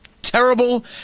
Terrible